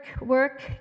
work